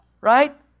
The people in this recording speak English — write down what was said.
right